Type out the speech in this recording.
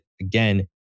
again